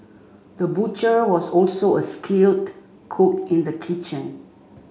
the butcher was also a skilled cook in the kitchen